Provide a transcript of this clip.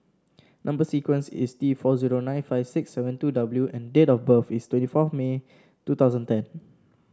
number sequence is T four zero nine five six seven two W and date of birth is twenty fourth May two thousand ten